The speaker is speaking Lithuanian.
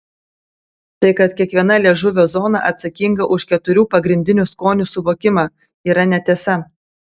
tai kad kiekviena liežuvio zona atsakinga už keturių pagrindinių skonių suvokimą yra netiesa